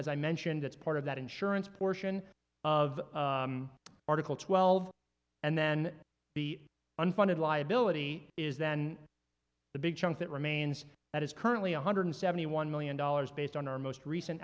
as i mentioned that's part of that insurance portion of article twelve and then the unfunded liability is then the big chunk that remains that is currently one hundred seventy one million dollars based on our most recent